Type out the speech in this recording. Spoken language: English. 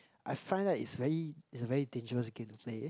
I find that it's very it's a very dangerous game to play